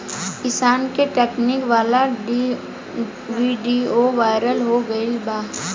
किसान के ट्रेनिंग वाला विडीओ वायरल हो गईल बा